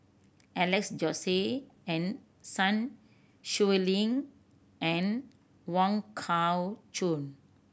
Alex Josey and Sun Xueling and Wong Kah Chun